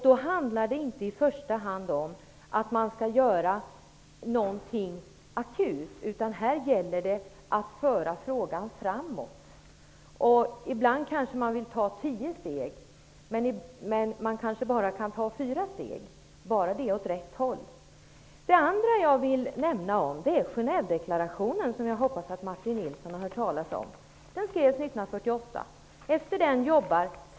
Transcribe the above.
Då handlar det inte i första hand om att göra något akut, utan om att föra frågan framåt. Ibland vill vi ta tio steg på vägen mot målet. Vi kan kanske bara ta fyra steg, men vi går i alla fall åt rätt håll. Jag hoppas att Martin Nilsson har hört talas om Genèvedeklarationen. Den skrevs 1948.